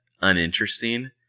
uninteresting